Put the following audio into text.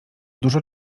dużo